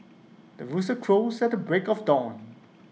the rooster crows at the break of dawn